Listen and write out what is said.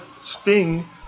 sting